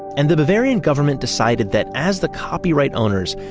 and the bavarian government decided that as the copyright owners,